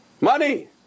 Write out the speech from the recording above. money